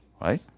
right